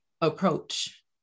approach